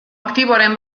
aktiboaren